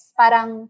parang